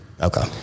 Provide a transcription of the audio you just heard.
Okay